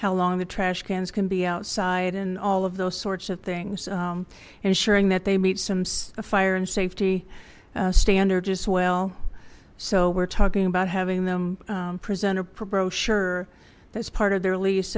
how long the trash cans can be outside and all of those sorts of things ensuring that they meet some fire and safety standards as well so we're talking about having them present a brochure that's part of their lease